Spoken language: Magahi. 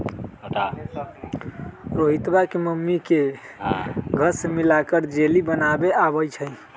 रोहितवा के मम्मी के घास्य मिलाकर जेली बनावे आवा हई